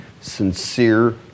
sincere